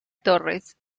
torres